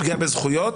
פגיעה בזכויות,